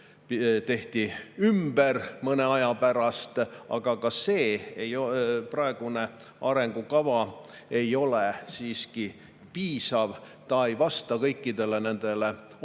tehti see mõne aja pärast ümber, aga ka see praegune arengukava ei ole siiski piisav, ta ei vasta kõikidele nendele ohtudele,